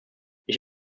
ich